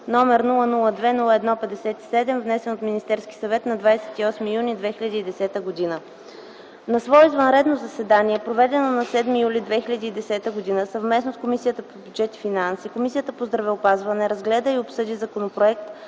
г., № 002-01-57, внесен от Министерски съвет на 28 юни 2010 г. На свое извънредно заседание, проведено на 7 юли 2010 г., съвместно с Комисията по бюджет и финанси, Комисията по здравеопазването разгледа и обсъди Законопроект